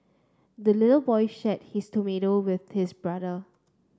the little boy shared his tomato with his brother